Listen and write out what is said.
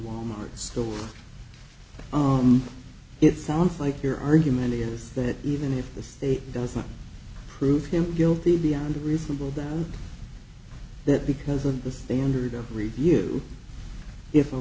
wal mart store it sounds like your argument is that even if the state doesn't prove him guilty beyond a reasonable doubt that big doesn't the standard of review if a